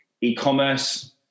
e-commerce